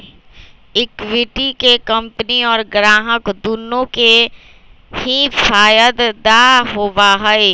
equity के company और ग्राहक दुन्नो के ही फायद दा होबा हई